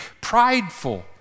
prideful